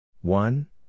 One